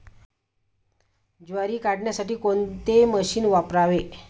ज्वारी काढण्यासाठी कोणते मशीन वापरावे?